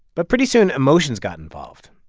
but pretty soon emotions got involved.